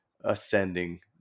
ascending